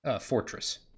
fortress